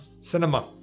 Cinema